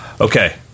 Okay